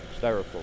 styrofoam